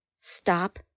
stop